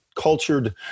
cultured